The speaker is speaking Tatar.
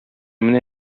менә